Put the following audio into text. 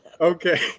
Okay